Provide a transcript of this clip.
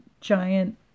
giant